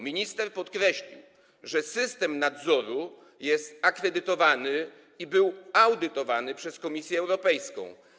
Minister podkreślił, że system nadzoru nadzoru jest akredytowany i był audytowany przez Komisję Europejską.